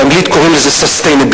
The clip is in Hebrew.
באנגלית קוראים לזה sustainability,